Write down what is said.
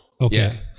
okay